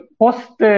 post